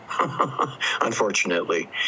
unfortunately